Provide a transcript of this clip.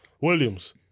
Williams